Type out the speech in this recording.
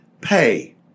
pay